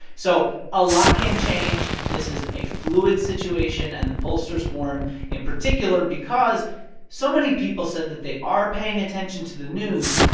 so a lot can change. this is a fluid situation. and the pollsters warn in particular because so many people said that they are paying attention to the news.